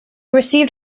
received